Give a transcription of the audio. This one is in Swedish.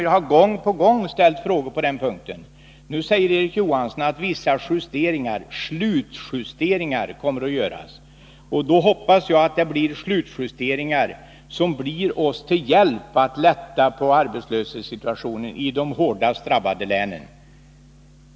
Jag har gång på gång ställt frågor på den punkten. Nu säger Erik Johansson att vissa slutjusteringar kommer att göras. Då hoppas jag att det blir slutjusteringar som blir oss till hjälp när det gäller att lätta på arbetslöshetssituationen i de hårdast drabbade länen.